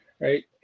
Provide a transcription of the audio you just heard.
Right